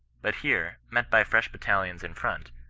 but here, met by fresh battalions in front,